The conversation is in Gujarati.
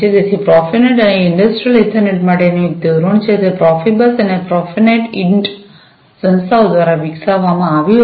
તેથી પ્રોફેનેટ એ ઇંડસ્ટ્રિયલ ઇથરનેટ માટેનું એક ધોરણ છે તે પ્રોફિબસ અને પ્રોફેનેટ ઇન્ટ સંસ્થાઓ દ્વારા વિકસાવવામાં આવ્યું હતું